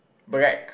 black